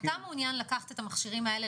אתה מעוניין לקחת את המכשירים האלה,